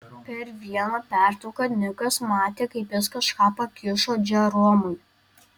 per vieną pertrauką nikas matė kaip jis kažką pakišo džeromui